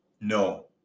No